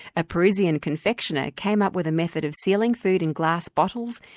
a parisian confectioner came up with a method of sealing food in glass bottles,